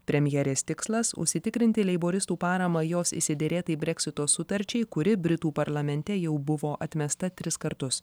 premjerės tikslas užsitikrinti leiboristų paramą jos išsiderėtai breksito sutarčiai kuri britų parlamente jau buvo atmesta tris kartus